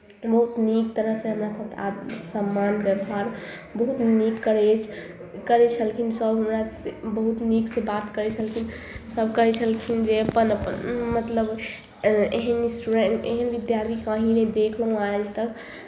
बहुत नीक तरहसँ हमरा सभके आ सम्मान व्यवहार बहुत नीक करै अछि करै छलखिन सभ हमरासँ बहुत नीकसँ बात करै छलखिन सभ कहै छलखिन जे अपन अपन मतलब एहन स्टूडेंट एहन विद्यार्थी कहीँ नहि देखलहुँ आज तक